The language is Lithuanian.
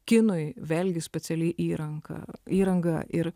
kinui vėlgi speciali įranga įranga ir